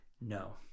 No